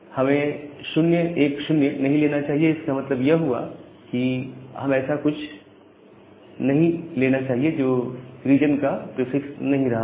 हमें 010 नहीं लेना चाहिए इसका मतलब यह हुआ कि हमें कुछ ऐसा नहीं लेना चाहिए जो रीजन का प्रीफिक्स नहीं हो रहा हो